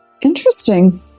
Interesting